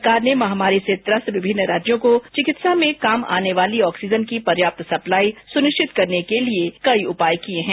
सरकार ने महामारी से ग्रस्त विमिन्न राज्यों को चिकित्सा में काम आने वाली ऑक्सीजन की पर्याप्त सप्लाई सुनिश्चित करने के लिए कई उपाय किये हैं